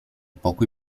pokój